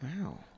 Wow